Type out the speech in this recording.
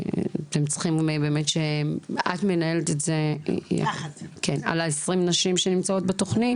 את מנהלת את זה על 20 הנשים שנמצאות בתוכנית?